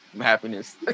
Happiness